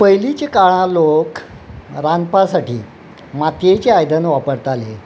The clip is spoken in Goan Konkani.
पयलींच्या काळां लोक रांदपा साठी मातयेचीं आयदनां वापरताले